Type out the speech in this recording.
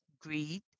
greed